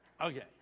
Okay